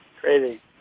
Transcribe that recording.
Crazy